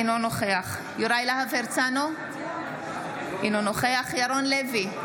אינו נוכח יוראי להב הרצנו, אינו נוכח ירון לוי,